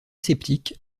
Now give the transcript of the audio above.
sceptique